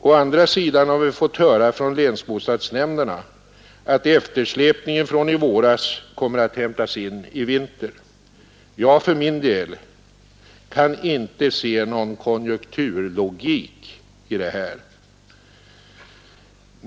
Å andra sidan har vi fått höra från länsbostadsnämnderna att eftersläpningen från i våras kommer att hämtas in i vinter. Jag för min del kan inte se någon konjunkturlogik i det här.